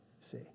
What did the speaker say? see